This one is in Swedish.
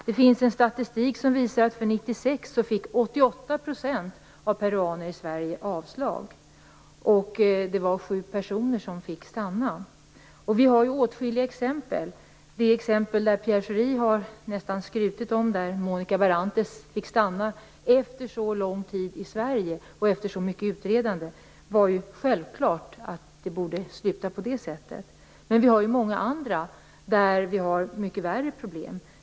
Det finns en statistik för 1996 som visar att 88 % av peruaner i Sverige fick avslag. Det var sju personer som fick stanna. Vi har ju åtskilliga exempel här. I det exempel som Pierre Schori nästan har skrutit om, där Monica Barrantes fick stanna efter så lång tid i Sverige och efter så mycket utredande, var det ju självklart att det borde sluta på det sättet. Men vi har ju många andra där det finns mycket värre problem.